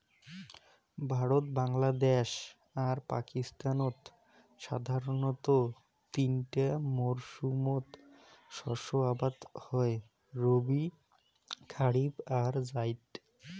ভারত, বাংলাদ্যাশ আর পাকিস্তানত সাধারণতঃ তিনটা মরসুমত শস্য আবাদ হই রবি, খারিফ আর জাইদ